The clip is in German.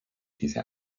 diese